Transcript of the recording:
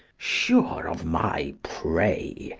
sure of my prey,